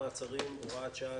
מעצרים) (הוראת שעה,